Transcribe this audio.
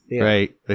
right